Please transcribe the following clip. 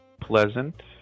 pleasant